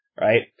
right